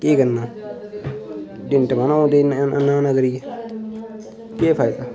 केह् करना दिन टपाने पौंदे ना ना करिये केह् फायदा